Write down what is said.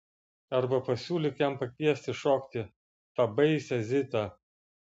arba pasiūlyk jam pakviesti šokti tą baisią zitą